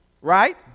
Right